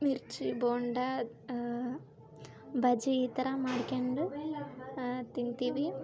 ಮಿರ್ಚಿ ಬೋಂಡ ಬಜ್ಜಿ ಈ ಥರ ಮಾಡ್ಕೆಂಡು ತಿಂತೀವಿ